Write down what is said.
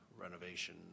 renovation